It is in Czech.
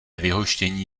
vyhoštění